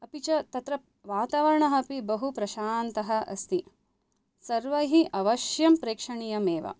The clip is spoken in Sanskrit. अपि च तत्र वातावरणः अपि बहु प्रशान्तः अस्ति सर्वै अवश्यं प्रेक्षणीयमेव